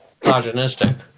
progenistic